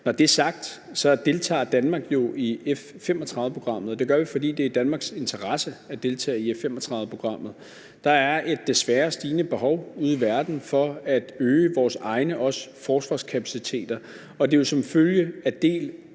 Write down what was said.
Når det er sagt, deltager Danmark jo i F-35-programmet, og det gør vi, fordi det er i Danmarks interesse at deltage i F-35-programmet. Der er et desværre stigende behov ude i verden for at øge også vores egne forsvarskapaciteter, og det er jo som følge af det